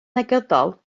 negyddol